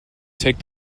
take